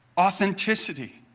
authenticity